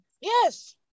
yes